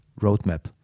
roadmap